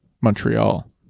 Montreal